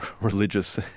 religious